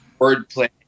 wordplay